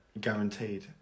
guaranteed